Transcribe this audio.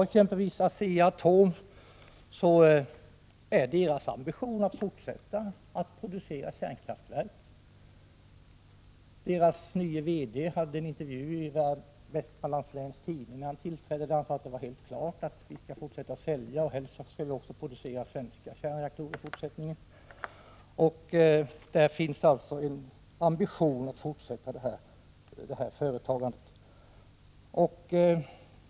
Exempelvis ASEA-ATOM har ambitionen att fortsätta att producera kärnkraftverk. Företagets nye VD gav en intervju i Vestmanlands Läns Tidning när han tillträdde. Han sade att det var helt klart att man skulle fortsätta att sälja — och helst skulle man också producera svenska kärnreaktorer i fortsättningen. Där finns alltså en ambition att fortsätta denna verksamhet.